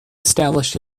established